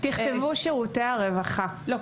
לא,